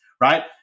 right